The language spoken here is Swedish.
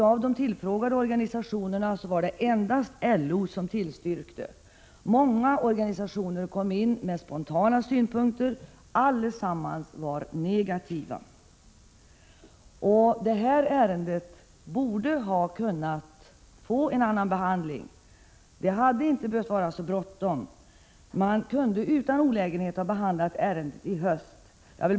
Av de tillfrågade organisationerna var det endast LO som tillstyrkte förslaget. Många organisationer inkom med spontana synpunkter — alla var negativa. Detta ärende borde ha kunnat få en annan behandling. Man hade inte behövt ha så bråttom. Ärendet hade utan olägenheter kunnat behandlas i höst.